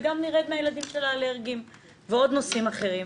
וגם שנרד מהילדים האלרגיים ונושאים אחרים.